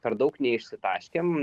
per daug neišsitaškėm